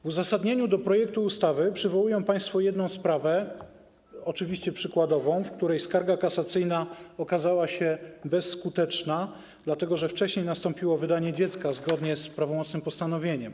W uzasadnieniu projektu ustawy przywołują państwo jedną sprawę, oczywiście przykładową, w której skarga kasacyjna okazała się bezskuteczna, dlatego że wcześniej nastąpiło wydanie dziecka zgodnie z prawomocnym postanowieniem.